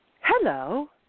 Hello